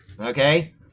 okay